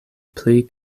pli